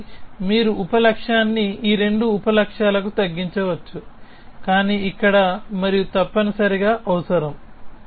కాబట్టి మీరు ఉప లక్ష్యాన్ని ఈ రెండు ఉప లక్ష్యాలకు తగ్గించవచ్చు కాని ఇక్కడ మరియు తప్పనిసరిగా అవసరం